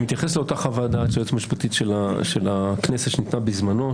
אני מתייחס לאותה חוות דעת של היועצת המשפטית של הכנסת שניתנה בזמנו,